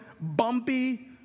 bumpy